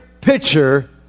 picture